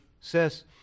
says